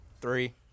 three